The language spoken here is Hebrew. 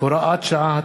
הוראת שעה),